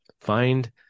find